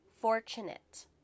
fortunate